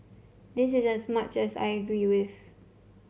this is as much as I agree with